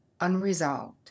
unresolved